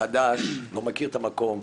חדש, לא מכיר את המקום,